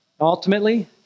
Ultimately